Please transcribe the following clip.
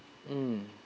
mm